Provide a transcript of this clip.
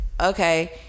okay